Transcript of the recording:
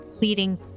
leading